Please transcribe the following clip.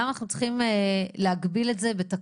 למה אנחנו צריכים להגביל את זה בתקנות?